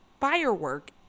firework